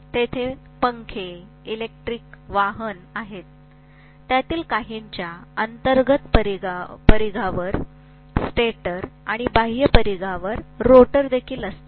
तेथे पंखे इलेक्ट्रिक वाहन आहेत त्यातील काहींच्या अंतर्गत परिघावर स्टेटर आणि बाह्य परिघावर रोटर देखील असतील